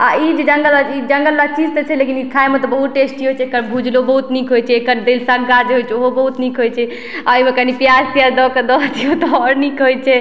आ ई जङ्गल ई जङ्गल लत्ती तऽ छै लेकिन ई खाएमे बहुत टेस्टी होइ छै एकर भुजलो बहुत नीक होइ छै एकर दालि सग्गा जे होइ छै ओहो बहुत नीक होइ छै ओहिमे कनि पियाज तियाज दऽके दऽ दियो तऽ आओर नीक होइ छै